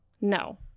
No